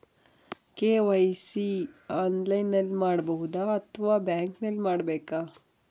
KYC ಆನ್ಲೈನಲ್ಲಿ ಮಾಡಬಹುದಾ ಅಥವಾ ಬ್ಯಾಂಕಿನಲ್ಲಿ ಮಾಡ್ಬೇಕಾ?